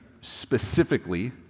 specifically